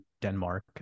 Denmark